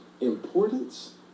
importance